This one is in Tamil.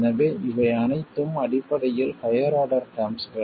எனவே இவை அனைத்தும் அடிப்படையில் ஹையர் ஆர்டர் டெர்ம்ஸ்கள்